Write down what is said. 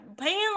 paying